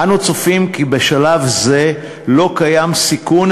אנו צופים כי בשלב זה לא קיים סיכון